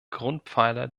grundpfeiler